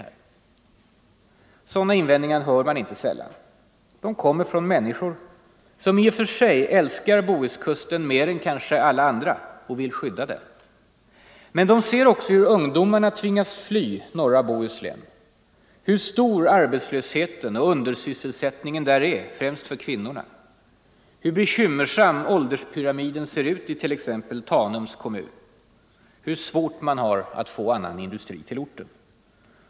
lokaliseringen Sådana invändningar hör man inte sällan. De kommer från människor = av industri till som i och för sig älskar Bohuskusten kanske mer än alla andra, och = Västkusten vill skydda den. Men de ser också hur ungdomarna tvingas fly norra Bohuslän, hur stor arbetslösheten och undersysselsättningen där är främst för kvinnorna, hur bekymmersam ålderspyramiden ser ut i t.ex. Tanums kommun, hur svårt man har att få annan industri till orten.